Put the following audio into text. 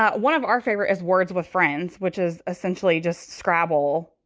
ah one of our favorite is words with friends, which is essentially just scrabble.